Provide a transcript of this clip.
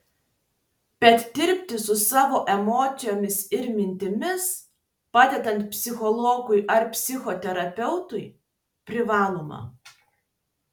bet dirbti su savo emocijomis ir mintimis padedant psichologui ar psichoterapeutui privaloma